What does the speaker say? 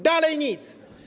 Dalej nic.